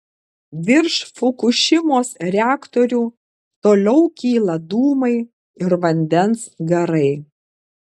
virš fukušimos reaktorių toliau kyla dūmai ir vandens garai